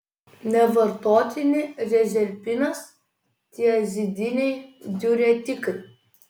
nevartotini rezerpinas tiazidiniai diuretikai